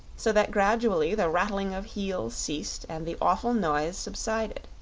so that gradually the rattling of heels ceased and the awful noise subsided.